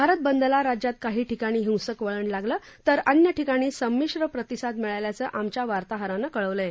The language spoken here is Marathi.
भारत बंदला राज्यात काही ठिकाणी हिसंक वळण लागले तर अन्य ठिकाणी समिश्र प्रतिसाद मिळाल्याचं आमच्या वार्ताहारानी कळवलं आहे